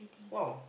!wow!